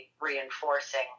reinforcing